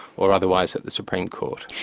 or otherwise at the supreme court.